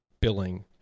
billing